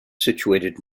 situated